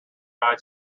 guy